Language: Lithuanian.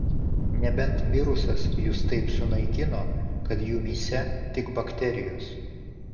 nebent virusas jus taip sunaikino kad jumyse tik bakterijos